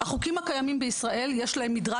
החוקים הקיימים בישראל יש להם מדרג